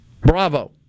Bravo